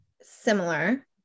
Similar